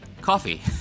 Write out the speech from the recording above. coffee